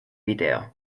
video